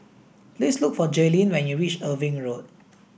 please look for Jailyn when you reach Irving Road